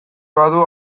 badu